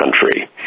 country